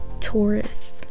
Taurus